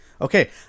Okay